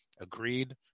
agreed